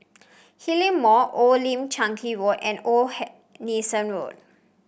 Hillion Mall Old Lim Chu Kang Road and Old Nelson Road